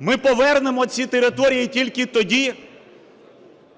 Ми повернемо ці території тільки тоді,